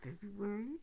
February